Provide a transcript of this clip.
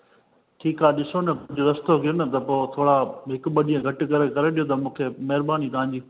ठीकु आहे ॾिसो न रस्तो थिए न पोइ थोरा हिकु ॿ ॾींहं घटि करे करे ॾियो त मूंखे महिरबानी तव्हांजी